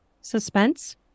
suspense